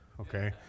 Okay